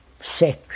Sex